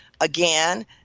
Again